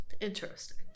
Interesting